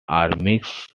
mixed